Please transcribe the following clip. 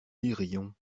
lirions